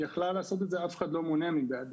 היא יכלה לעשות את זה ואף אחד לא מונע מבעדה.